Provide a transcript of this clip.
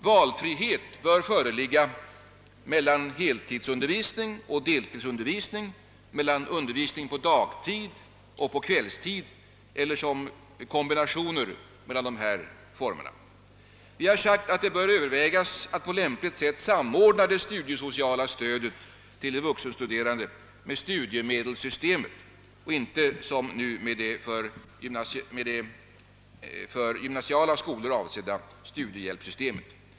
Valfrihet bör föreligga mellan heltidsoch deltidsundervisning, mellan undervisning på dagtid och på kvällstid eller som kombinationer mellan dessa former. Vi har sagt att det bör övervägas att på lämpligt sätt samordna det studiesociala stödet till de vuxenstuderande med studiemedelssystemet och inte som nu med det för gymnasiala skolor avsedda studiehjälpssystemet.